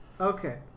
Okay